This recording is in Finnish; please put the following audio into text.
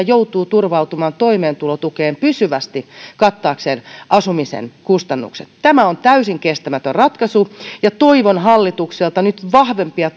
joutuu turvautumaan toimeentulotukeen pysyvästi kattaakseen asumisen kustannukset tämä on täysin kestämätön ratkaisu ja toivon hallitukselta nyt vahvempia